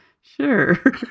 Sure